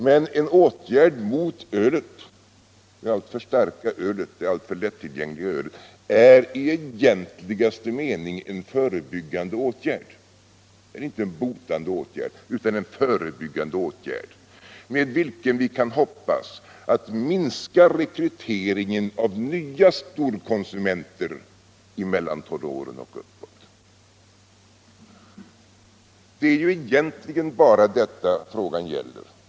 Men en åtgärd mot det alltför starka och det alltför lättillgängliga ölet är i egentligaste mening en förebyggande — inte en botande — åtgärd, vilken vi kan hoppas minskar rekryteringen av nya storkonsumenter i mellantonåren och uppåt. Det är ju egentligen bara detta frågan gäller.